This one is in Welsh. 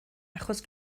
achos